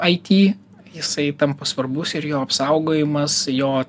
it jisai tampa svarbus ir jo apsaugojimas jo